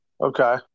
Okay